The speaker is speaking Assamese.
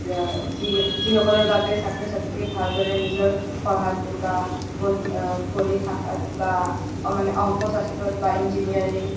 যি যিসকলৰ বাবে ছাত্ৰ ছাত্ৰীয়ে ভালদৰে নিজৰ পঢ়াটো বা গণিত শাখাত বা মানে অংকশাস্ত্ৰত বা ইঞ্জিনায়াৰিং